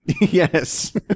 Yes